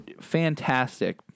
Fantastic